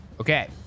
Okay